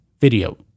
video